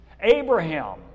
Abraham